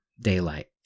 daylight